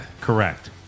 Correct